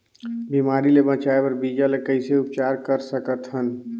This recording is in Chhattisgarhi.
बिमारी ले बचाय बर बीजा ल कइसे उपचार कर सकत हन?